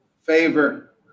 favor